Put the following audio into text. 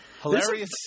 Hilarious